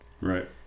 right